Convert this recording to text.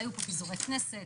היו פה פיזורי כנסת,